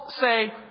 say